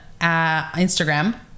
Instagram